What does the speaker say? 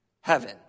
Heaven